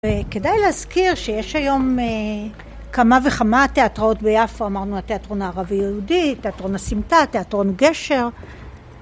וכדאי להזכיר שיש היום כמה וכמה תיאטרות ביפו, אמרנו התיאטרון הערבי-יהודי, תיאטרון הסמטה, תיאטרון גשר